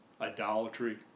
idolatry